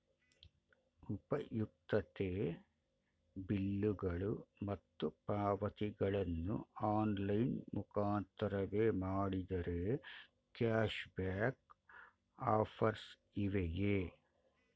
ಉಪಯುಕ್ತತೆ ಬಿಲ್ಲುಗಳು ಮತ್ತು ಪಾವತಿಗಳನ್ನು ಆನ್ಲೈನ್ ಮುಖಾಂತರವೇ ಮಾಡಿದರೆ ಕ್ಯಾಶ್ ಬ್ಯಾಕ್ ಆಫರ್ಸ್ ಇವೆಯೇ?